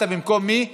במקום מי הצבעת?